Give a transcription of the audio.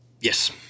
Yes